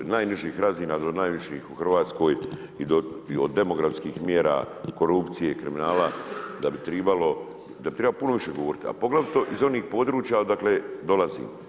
najnižih razina do najviših u RH i od demografskih mjera i korupcije i kriminala, da bi trebalo puno više govoriti, a poglavito iz onih područja odakle dolazimo.